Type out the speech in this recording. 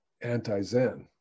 anti-Zen